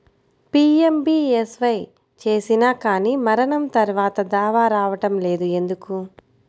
PMBSY చేసినా కానీ మరణం తర్వాత దావా రావటం లేదు ఎందుకు?